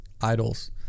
idols